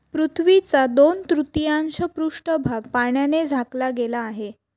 पृथ्वीचा दोन तृतीयांश पृष्ठभाग पाण्याने झाकला गेला आहे